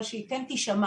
אבל שהיא כן תישמע.